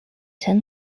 ten